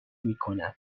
میکند